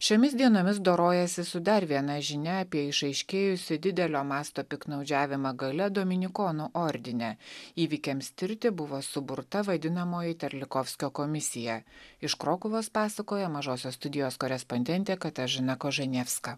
šiomis dienomis dorojasi su dar viena žinia apie išaiškėjusį didelio masto piktnaudžiavimą galia dominikonų ordine įvykiams tirti buvo suburta vadinamoji terlikofskio komisija iš krokuvos pasakoja mažosios studijos korespondentė katažina kožanevska